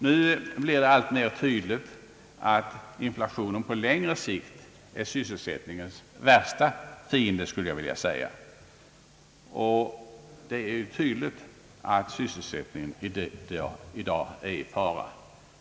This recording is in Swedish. Nu blir det alltmer tydligt att inflationen på längre sikt är sysselsättningens värsta fiende. Det är tydligt att sysselsättningen nu är i fara.